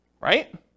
right